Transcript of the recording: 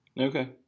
Okay